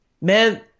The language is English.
man